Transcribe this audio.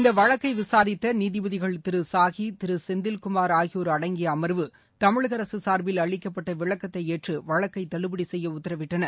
இந்த வழக்கை விசாரித்த நீதிபதிகள் திரு சாஹி திரு செந்தில்குமார் ஆகியோர் அடங்கிய அம்வு தமிழக அரசு சார்பில் அளிக்கப்பட்ட விளக்கத்தை ஏற்று வழக்கை தள்ளுபடி சுய்ய உத்தரவிட்டனர்